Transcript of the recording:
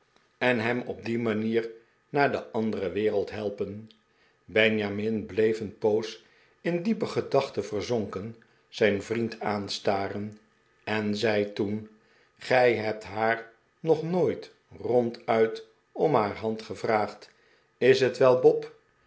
en hem op die manier naar de andere wereld helpen benjamin bleef een poos in diepe gedachten verzonken zijn vriend aanstaren en zei toen gij hebt haar nog nooit ronduit om haar hand gevraagd is het wel bob